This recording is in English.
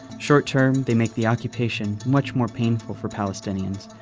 short-term, they make the occupation much more painful for palestinians.